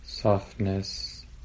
softness